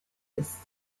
dress